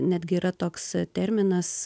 netgi yra toks terminas